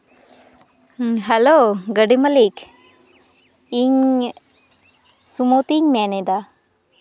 hello ᱜᱟᱹᱰᱤ ᱢᱟᱹᱞᱤᱠ ᱤᱧ ᱥᱩᱢᱩᱛᱤᱧ ᱢᱮᱱ ᱮᱫᱟ